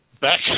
back